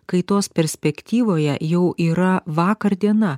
kaitos perspektyvoje jau yra vakar diena